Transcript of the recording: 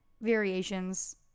variations